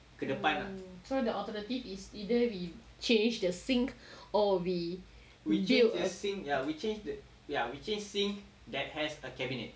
so the alternative is either we change the sink or we build a